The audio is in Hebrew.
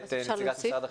את נציגת משרד החינוך.